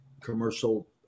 commercial